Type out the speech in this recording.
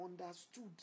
understood